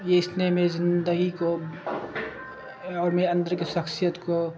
یہ اس نے میری زندگی کو اور میرے اندر کے شخصیت کو